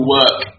work